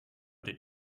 did